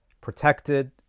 protected